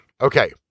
Okay